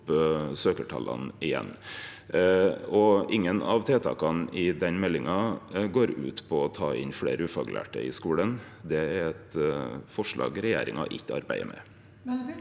søkjartala. Ingen av tiltaka i meldinga går ut på å ta inn fleire ufaglærte i skulen. Det er eit forslag regjeringa ikkje arbeidar med.